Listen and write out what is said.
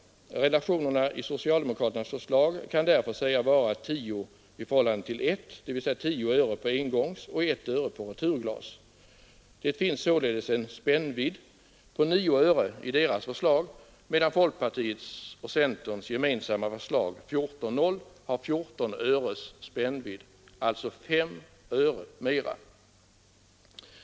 Relationerna i socialdemokraternas förslag kan därför sägas vara 10—1, dvs. 10 öre på engångsoch 1 öre på returglas. Det finns således en ”spännvidd” på 9 öre i deras förslag, medan folkpartiets och centerns gemensamma förslag, 14—0, har 14 öres spännvidd, alltså 5 öre mera.